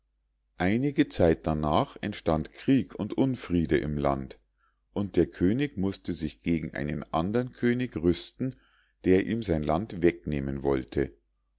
einige zeit darnach entstand krieg und unfriede im lande und der könig mußte sich gegen einen andern könig rüsten der ihm sein land wegnehmen wollte